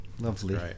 Lovely